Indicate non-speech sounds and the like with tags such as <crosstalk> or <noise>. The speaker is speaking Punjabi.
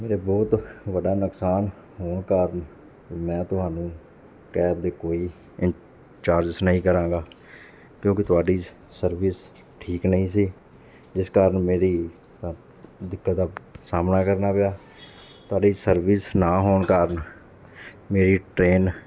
ਮੇਰਾ ਬਹੁਤ ਵੱਡਾ ਨੁਕਸਾਨ ਹੋਣ ਕਾਰਨ ਮੈਂ ਤੁਹਾਨੂੰ ਕੈਬ ਦਾ ਕੋਈ ਚਾਰਜਸ ਨਹੀਂ ਕਰਾਂਗਾ ਕਿਉਂਕਿ ਤੁਹਾਡੀ ਸਰਵਿਸ ਠੀਕ ਨਹੀਂ ਸੀ ਜਿਸ ਕਾਰਨ ਮੇਰੀ <unintelligible> ਦਿੱਕਤ ਦਾ ਸਾਹਮਣਾ ਕਰਨਾ ਪਿਆ ਤੁਹਾਡੀ ਸਰਵਿਸ ਨਾ ਹੋਣ ਕਾਰਨ ਮੇਰੀ ਟਰੇਨ